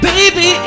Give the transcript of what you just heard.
Baby